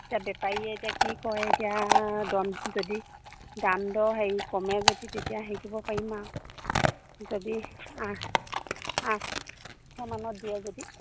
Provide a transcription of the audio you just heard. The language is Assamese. এতিয়া বেপাৰীয়ে এতিয়া কি কয় এতিয়া দম যদি দাম দৰ হেৰি কমে যদি তেতিয়া হেৰি কৰিব পাৰিম আৰু যদি আঠ আঠশমানত দিয়ে যদি